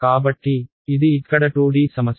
కాబట్టి ఇది ఇక్కడ 2D సమస్య